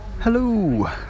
Hello